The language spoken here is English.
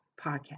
Podcast